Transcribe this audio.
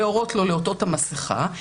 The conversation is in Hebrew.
להורות לו לעטות את המסכה,